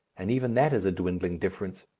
and even that is a dwindling difference.